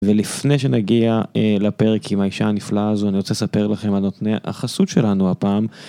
ולפני שנגיע לפרק עם האישה הנפלאה הזו אני רוצה לספר לכם על נותני החסות שלנו הפעם.